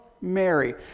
Mary